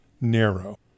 narrow